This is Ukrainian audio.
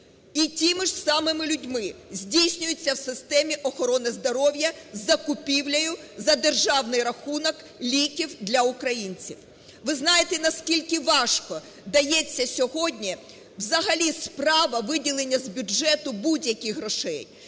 і тими ж самими людьми здійснюється в системі охорони здоров'я з закупівлею за державний рахунок ліків для українців. Ви знаєте, наскільки важко дається сьогодні взагалі справа виділення з бюджету будь-яких грошей.